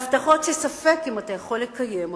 והבטחות שספק אם אתה יכול לקיים אותן,